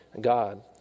God